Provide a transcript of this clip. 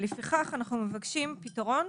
לפיכך אנחנו מבקשים פתרון